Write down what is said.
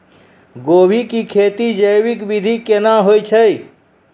गोभी की खेती जैविक विधि केना हुए छ?